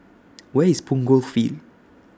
Where IS Punggol Field